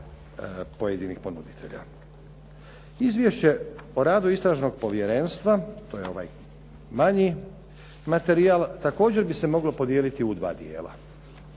pojedinih ponuditelja. Izvješće o radu Istražnog povjerenstva, to je ovaj manji materijal, također bi se mogao podijeliti u dva dijela.